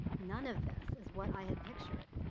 none of this is what i had pictured.